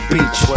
Beach